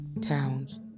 towns